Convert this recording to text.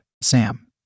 Sam